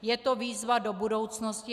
Je to výzva do budoucnosti.